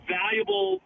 valuable